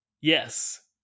yes